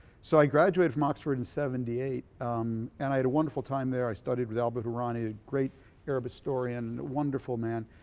so i graduated from oxford in seventy eight and i had a wonderful time there. i studied with albert hourani, a great arab historian and wonderful man.